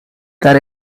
that